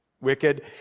wicked